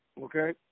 Okay